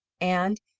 and,